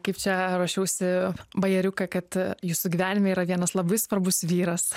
kaip čia ruošiausi bajeriuką kad jūsų gyvenime yra vienas labai svarbus vyras